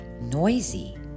noisy